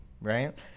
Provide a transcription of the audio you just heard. Right